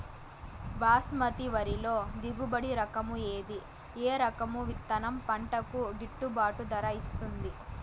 బాస్మతి వరిలో దిగుబడి రకము ఏది ఏ రకము విత్తనం పంటకు గిట్టుబాటు ధర ఇస్తుంది